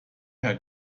herrn